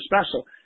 special